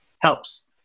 helps